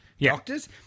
doctors